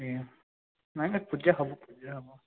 ଆଜ୍ଞା ନାହିଁ ନାହିଁ ପୂଜା ହବ ପୂଜା ହବ